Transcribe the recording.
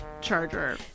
charger